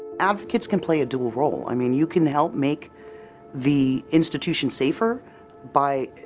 advocates can play a dual role. i mean you can help make the institution safer by,